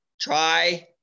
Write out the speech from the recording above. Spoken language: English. try